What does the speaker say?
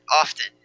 often